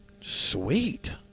sweet